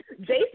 Jason